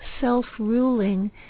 self-ruling